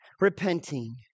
repenting